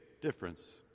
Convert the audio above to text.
difference